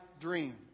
dream